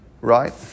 right